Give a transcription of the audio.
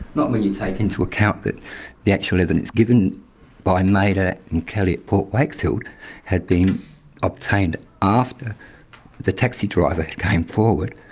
not when you take into account that the actual evidence given by mader and calley at port wakefield had been obtained after the taxi driver came forward,